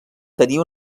tenia